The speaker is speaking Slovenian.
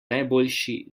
najboljši